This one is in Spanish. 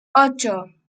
ocho